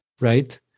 right